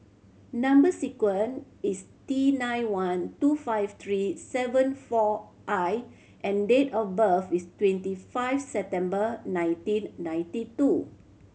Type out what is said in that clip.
number sequence is T nine one two five three seven four I and date of birth is twenty five September nineteen ninety two